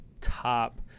top